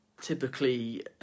typically